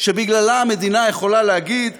שבגללה המדינה יכולה להגיד "לא,